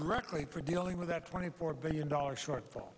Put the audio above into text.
directly for dealing with that twenty four billion dollars shortfall